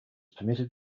permitted